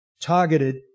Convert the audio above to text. targeted